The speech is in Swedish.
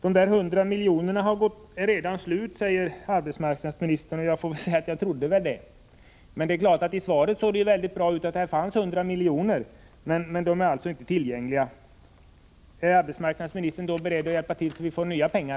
De 100 miljonerna är redan slut, säger arbetsmarknadsministern. Ja, det var väl vad jag trodde. Det ser ju väldigt bra ut om det i svaret sägs att det finns 100 miljoner. Men de pengarna är alltså inte tillgängliga. Är arbetsmarknadsministern beredd att hjälpa till, så att vi får nya pengar?